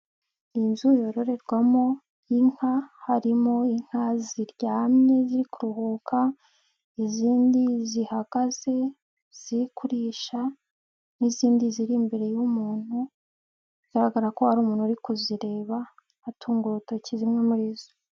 Inzu yororerwamo inka harimo inka ziryamye ziri kuruhuka, izindi zihagaze ziri kurisha n'izindi ziri imbere y'umuntu bigaragara ko ari umuntu uri kuzireba atunga urutoki zimwe muri zo.